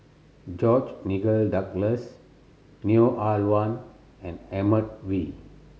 George Nigel Douglas Hamilton Neo Ah Luan and Edmund Wee